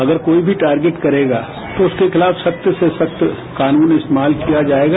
अगर कोई भी टारगेट करेगा तो उसके खिलाफ सख्त से सख्त कानून इस्तेमाल किया जाएगा